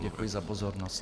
Děkuji za pozornost.